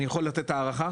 אני יכול לתת הערכה?